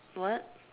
what